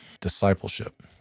discipleship